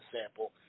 sample